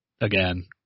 again